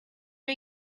are